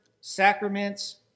sacraments